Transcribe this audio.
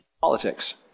politics